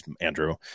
Andrew